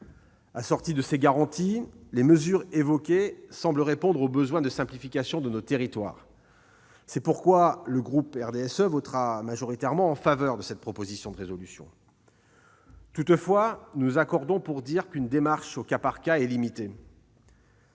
Assorties de telles garanties, les mesures évoquées semblent répondre au besoin de simplification de nos territoires. C'est pourquoi le groupe RDSE votera majoritairement en faveur de cette proposition de résolution. Toutefois, nous nous accordons pour dire qu'une démarche au cas par cas est limitée.